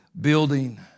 building